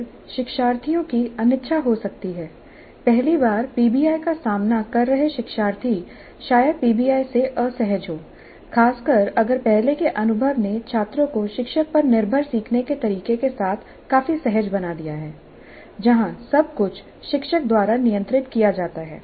फिर शिक्षार्थियों की अनिच्छा हो सकती है पहली बार पीबीआई का सामना कर रहे शिक्षार्थी शायद पीबीआई से असहज हों खासकर अगर पहले के अनुभव ने छात्रों को शिक्षक पर निर्भर सीखने के तरीके के साथ काफी सहज बना दिया है जहां सब कुछ शिक्षक द्वारा नियंत्रित किया जाता है